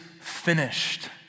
finished